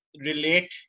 relate